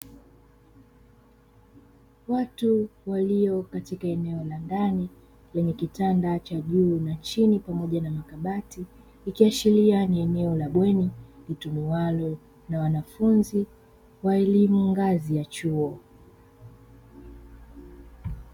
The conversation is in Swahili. Watu waliokatika eneo la ndani lenye kitanda cha juu na chini pamoja na makabati, ikiashiria ni eneo la bweni litumikalo na wanafunzi wa elimu ngazi ya chuo.